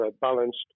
balanced